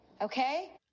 Okay